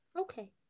okay